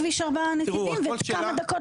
נכנסים לכביש של ארבעה נתיבים וכמה דקות